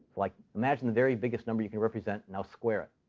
like imagine the very biggest number you can represent. now square it.